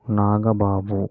Nagababu